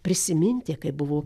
prisiminti kaip buvo